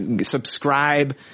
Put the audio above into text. Subscribe